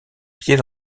pieds